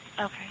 Okay